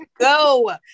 go